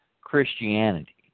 Christianity